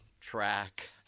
track